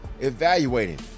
evaluating